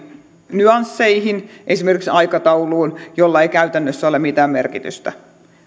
nyansseihin esimerkiksi aikatauluun millä ei käytännössä ole mitään merkitystä